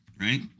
right